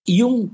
yung